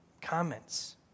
comments